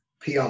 PR